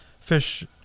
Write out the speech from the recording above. Fish